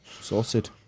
Sorted